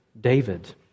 David